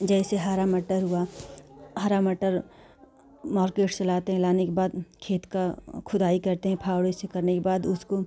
जैसे हरा मटर हुआ हरा मटर मार्केट से लाते हैं लाने के बाद खेत की खुदाई करते हैं फावड़े से करने के बाद उसको